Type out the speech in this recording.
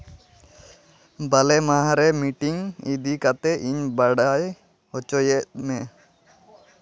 ᱵᱟᱞᱮ ᱢᱟᱦᱟ ᱨᱮ ᱢᱤᱴᱤᱝ ᱤᱫᱤ ᱠᱟᱛᱮᱫ ᱤᱧ ᱵᱟᱰᱟᱭ ᱦᱚᱪᱚᱭᱮᱫ ᱢᱮ